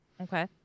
Okay